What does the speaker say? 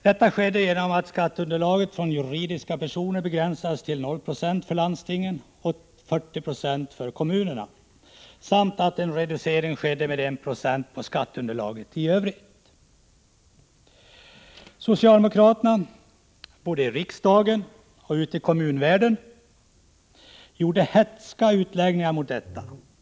Detta kunde ske genom att skatteunderlaget från juridiska personer begränsades till 0 96 när det gällde landstingen och 40 26 när det gällde kommunerna samt genom att en reducering skedde med 1 96 på skatteunderlaget i övrigt. Socialdemokraterna — både i riksdagen och ute i kommunvärlden — gjorde hätska utfall mot detta.